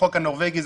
בחוק הנורווגי,